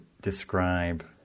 describe